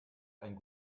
einen